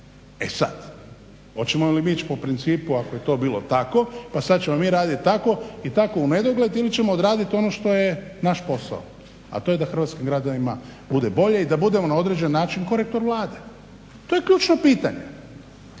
E sad, hoćemo li mi ići po principu ako je to bio tako pa sad ćemo mi raditi tako i tako u nedogled ili ćemo odraditi ono što je naš posao, a to je da hrvatskim građanima bude bolje i da budemo na određen način korektor Vlade. To je ključno pitanje,